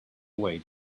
way